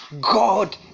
God